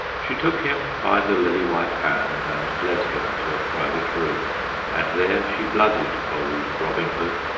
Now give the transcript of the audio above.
she took him by the lily-white hand, and led him to a private room and there she blooded bold robin hood,